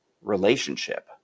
relationship